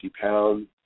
pounds